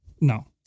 No